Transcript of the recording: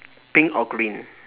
pink or green